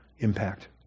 impact